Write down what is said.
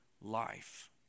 life